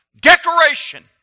decoration